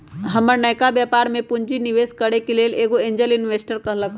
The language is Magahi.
हमर नयका व्यापर में पूंजी निवेश करेके लेल एगो एंजेल इंवेस्टर कहलकै ह